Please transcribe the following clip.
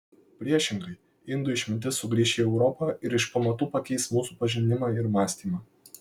priešingai indų išmintis sugrįš į europą ir iš pamatų pakeis mūsų pažinimą ir mąstymą